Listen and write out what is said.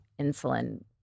insulin